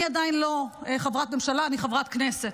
אני עדיין לא חברת ממשלה, אני חברת כנסת.